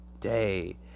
day